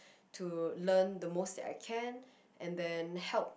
to learn the most that I can and then help